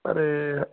ਅਰੇ